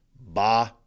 bah